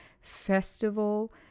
Festival